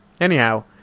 Anyhow